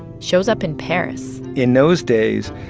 shows up in paris in those days,